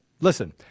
Listen